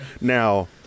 Now